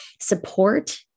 support